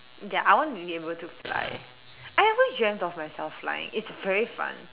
ya I want to be able to fly I ever dreamt of myself flying it's very fun